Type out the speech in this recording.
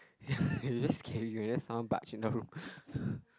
ya you just carry you're just someone barge in the room